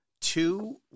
two